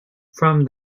from